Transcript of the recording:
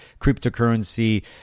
cryptocurrency-